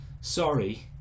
sorry